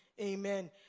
Amen